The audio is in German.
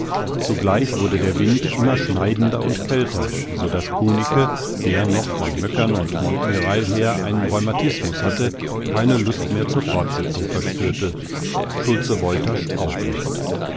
zugleich wurde der wind immer schneidender und kälter so daß kunicke der noch von möckern und montmirail her einen rheumatismus hatte keine lust mehr zur fortsetzung verspürte schulze woytasch auch nicht